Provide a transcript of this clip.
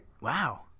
wow